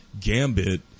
Gambit